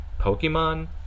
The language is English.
Pokemon